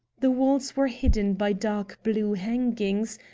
the walls were hidden by dark blue hangings,